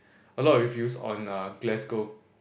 a lot of reviews on err Glasgow